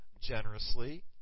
generously